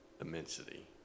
Immensity